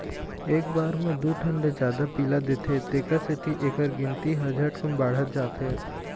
एक बार म दू ठन ले जादा पिला देथे तेखर सेती एखर गिनती ह झटकुन बाढ़त जाथे